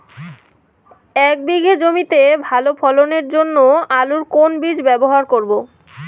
এক বিঘে জমিতে ভালো ফলনের জন্য আলুর কোন বীজ ব্যবহার করব?